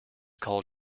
called